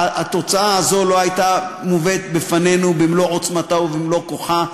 התוצאה הזו לא הייתה מובאת בפנינו במלוא עוצמתה ובמלוא כוחה,